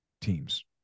teams